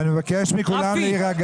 אני מבקש מכולם להירגע.